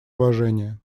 уважения